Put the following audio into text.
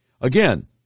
Again